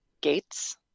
gates